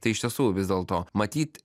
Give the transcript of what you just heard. tai iš tiesų vis dėlto matyt